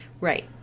Right